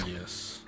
Yes